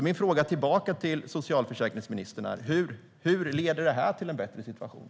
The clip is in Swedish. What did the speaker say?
Min fråga tillbaka till socialförsäkringsministern är: Hur leder detta till en bättre situation?